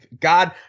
God